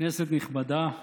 כנסת נכבדה,